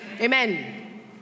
Amen